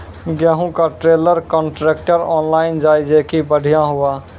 गेहूँ का trailer contractor online जाए जैकी बढ़िया हुआ